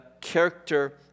character